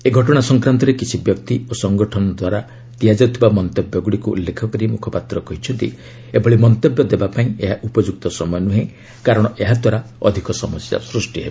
ଏ ଘଟଣା ସଂକ୍ରାନ୍ତରେ କିଛି ବ୍ୟକ୍ତି ଓ ସଂଗଠନ ଦ୍ୱାରା ଦିଆଯାଉଥିବା ମନ୍ତବ୍ୟଗୁଡ଼ିକୁ ଉଲ୍ଲେଖ କରି ମୁଖପାତ୍ର କହିଛନ୍ତି ଏଭଳି ମନ୍ତବ୍ୟ ଦେବା ପାଇଁ ଏହା ଉପଯୁକ୍ତ ସମୟ ନୁହେଁ କାରଣ ଏହା ଦ୍ୱାରା ଅଧିକ ସମସ୍ୟା ସ୍ଟଷ୍ଟିହେବ